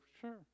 sure